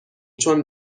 چون